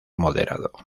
moderado